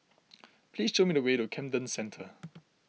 please show me the way to Camden Centre